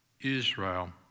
Israel